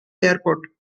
airport